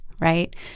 right